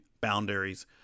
boundaries